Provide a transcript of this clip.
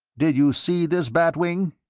did you see this bat wing?